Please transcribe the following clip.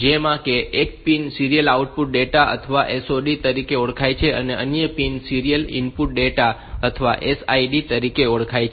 જેમાં એક pin serial output data અથવા SOD તરીકે ઓળખાય છે અને અન્ય પિન સીરીયલ ઇનપુટ ડેટા અથવા SID તરીકે ઓળખાય છે